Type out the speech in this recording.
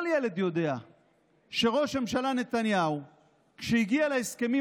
כל ילד יודע שכשראש הממשלה נתניהו הגיע להסכמים